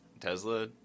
Tesla